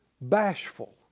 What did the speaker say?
bashful